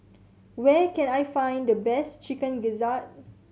where can I find the best Chicken Gizzard